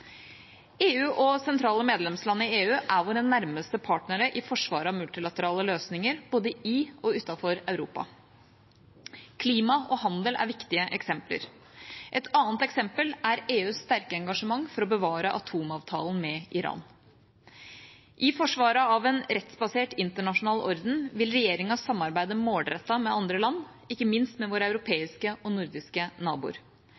EU og sentrale medlemsland i EU er våre nærmeste partnere i forsvaret av multilaterale løsninger, både i og utenfor Europa. Klima og handel er viktige eksempler. Et annet eksempel er EUs sterke engasjement for å bevare atomavtalen med Iran. I forsvaret av en rettsbasert internasjonal orden vil regjeringa samarbeide målrettet med andre land, ikke minst med våre europeiske og nordiske naboer.